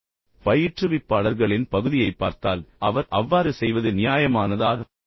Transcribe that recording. ஆனால் நீங்கள் ஆனால் நீங்கள் பயிற்றுவிப்பாளர்களின் பகுதியைப் பார்த்தால் பயிற்றுவிப்பாளர் அவ்வாறு செய்வது நியாயமானதா